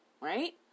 Right